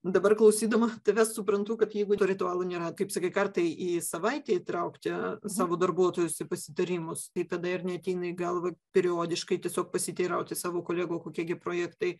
dabar klausydama tavęs suprantu kad jeigu tų ritualų nėra kaip sakei kartą į savaitę įtraukti savo darbuotojus į pasitarimus tai tada ir neateina į galvą periodiškai tiesiog pasiteirauti savo kolegų o kokie gi projektai